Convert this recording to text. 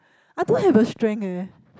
I don't have a strength eh